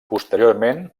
posteriorment